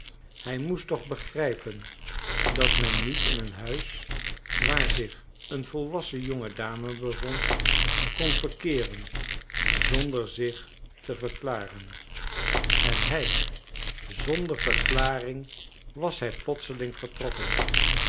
hij moest toch begrijpen dat men niet in een huis waar zich een volwassen jonge dame bevond kon verkeeren zonder zich te verklaren en hij zonder verklaring was hij plotseling vertrokken